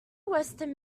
western